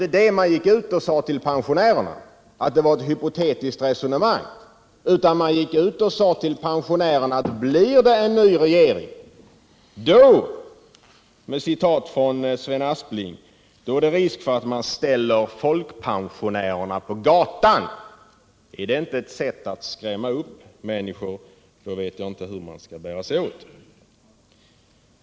Men man gick inte ut till pensionärerna och sade att det var ett hypotetiskt resonemang, utan man gick ut och sade till pensionärerna: Blir det en ny regering då — med citat från Sven Aspling — är det risk för att man ställer folkpensionärerna på gatan. Är det inte ett sätt att skrämma upp människor, så vet jag inte hur man skall bära sig åt för att göra det.